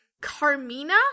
Carmina